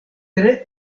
tre